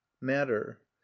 matter